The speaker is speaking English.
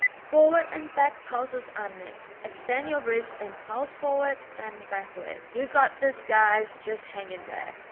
forward and back pulses are next. extend your wrist and pulse forward and backward. you got this guy's just hang in there!